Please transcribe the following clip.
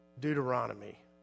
Deuteronomy